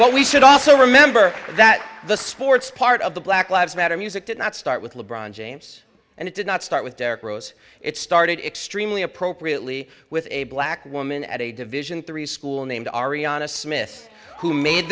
ut we should also remember that the sports part of the black lives matter music did not start with le bron james and it did not start with derrick rose it started extremely appropriately with a black woman at a division three school named ariana smith who made